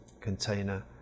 container